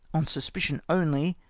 on sus picion only,